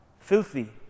filthy